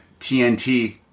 TNT